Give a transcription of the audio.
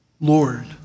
Lord